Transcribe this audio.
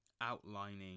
outlining